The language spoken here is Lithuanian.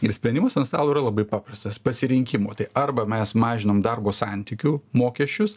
ir sprendimas ant stalo yra labai paprastas pasirinkimo tai arba mes mažinam darbo santykių mokesčius